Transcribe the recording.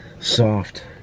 soft